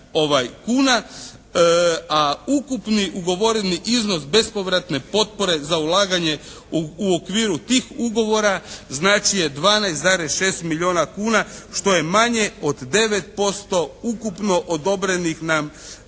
A ukupni ugovoreni iznos bespovratne potpore za ulaganje u okviru tih ugovora znači je 12,6 milijuna kuna, što je manje od 9% ukupno odobrenih nam